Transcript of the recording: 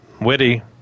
Witty